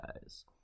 guys